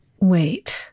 Wait